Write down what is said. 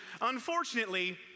unfortunately